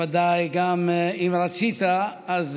ודאי גם אם רצית, אז